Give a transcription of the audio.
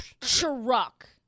Truck